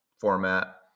format